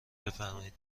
بفرمائید